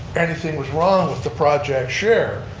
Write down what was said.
anything was wrong with the project share